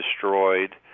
destroyed